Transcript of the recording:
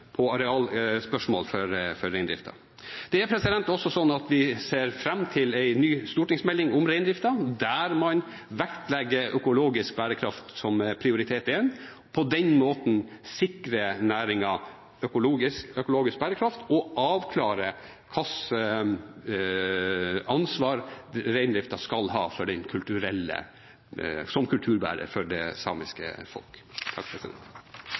gjelder arealspørsmål for reindriften. Vi ser også fram til en ny stortingsmelding om reindriften, der man vektlegger økologisk bærekraft som prioritet én og på den måten sikrer næringen økologisk bærekraft og avklarer hva slags ansvar reindriften skal ha som kulturbærer for det samiske folk.